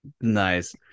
Nice